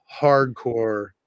hardcore